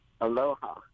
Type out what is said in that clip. Aloha